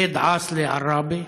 זייד עאסלי מעראבה,